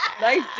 Nice